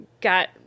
got